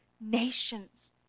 nations